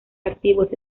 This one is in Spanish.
activos